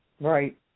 Right